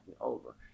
over